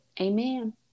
amen